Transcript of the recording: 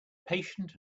patient